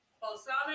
Balsamic